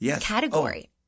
category